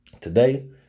today